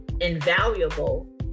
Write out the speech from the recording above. invaluable